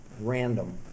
random